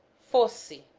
falasse